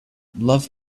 love